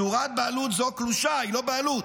צורת בעלות זו קלושה, היא לא בעלות.